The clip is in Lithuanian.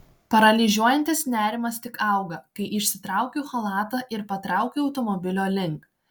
paralyžiuojantis nerimas tik auga kai išsitraukiu chalatą ir patraukiu automobilio link